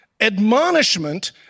Admonishment